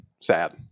sad